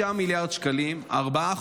6 מיליארד שקלים,